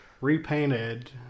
repainted